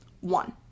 One